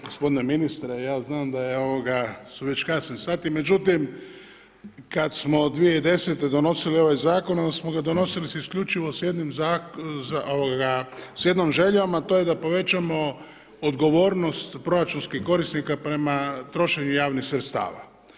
Gospodine ministre ja znam da su već kasni sati, međutim kada smo 2010. donosili ovaj zakon onda smo ga donosili isključivo sa jednom željom, a to je da povećamo odgovornost proračunskih korisnika prema trošenju javnih sredstava.